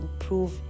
improve